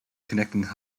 connecting